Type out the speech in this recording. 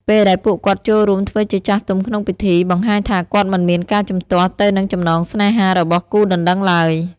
ពេលដែលពួកគាត់ចូលរួមធ្វើជាចាស់ទុំក្នុងពិធី បង្ហាញថាគាត់មិនមានការជំទាស់ទៅនឹងចំណងស្នេហារបស់គូដណ្ដឹងឡើយ។